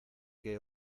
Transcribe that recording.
qué